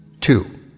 Two